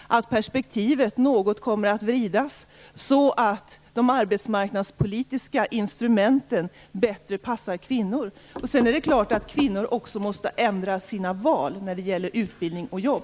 - att perspektivet kommer att vridas något så att de arbetsmarknadspolitiska instrumenten passar kvinnorna bättre. Självfallet måste kvinnor också ändra sina val när det gäller utbildning och jobb.